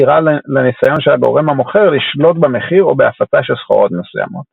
בסתירה לניסיון של הגורם המוכר לשלוט במחיר או בהפצה של סחורות מסוימות.